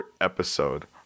episode